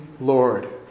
Lord